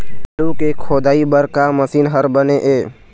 आलू के खोदाई बर का मशीन हर बने ये?